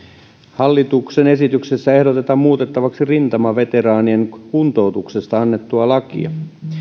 hallituksen esityksessä ehdotetaan muutettavaksi rintamaveteraanien kuntoutuksesta annettua lakia